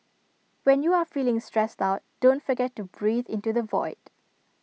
when you are feeling stressed out don't forget to breathe into the void